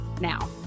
now